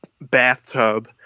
bathtub